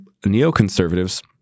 neoconservatives